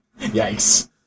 Yikes